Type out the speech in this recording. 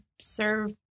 serve